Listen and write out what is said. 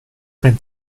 ben